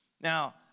Now